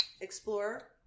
Explorer